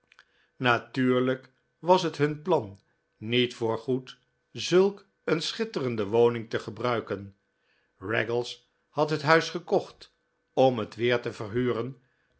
natuurlijk was het hun plan niet voorgoed zulk een schitterende woning te gebruiken raggles had het huis gekocht om het weer te verhuren